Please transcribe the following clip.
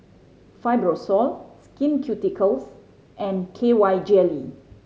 Fibrosol Skin Ceuticals and K Y Jelly